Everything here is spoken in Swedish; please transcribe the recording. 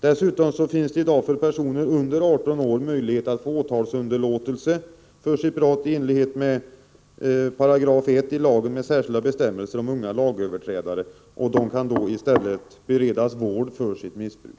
Dessutom finns det i dag, för personer under 18 år, möjlighet att få åtalsunderlåtelse för sitt brott i enlighet med 1 §ilagen med särskilda bestämmelser om unga lagöverträdare. De kan i stället beredas vård för sitt missbruk.